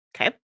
Okay